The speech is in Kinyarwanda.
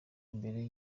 mbere